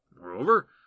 Moreover